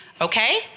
Okay